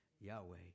Yahweh